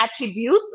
attributes